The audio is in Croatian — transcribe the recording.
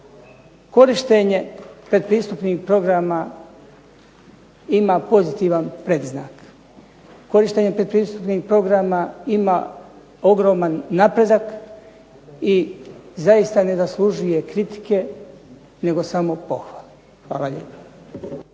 korištenje pretpristupnih programa ima pozitivan predznak, korištenje pretpristupnih programa ima ogroman napredak i zaista ne zaslužuje kritike nego samo pohvale. Hvala lijepa.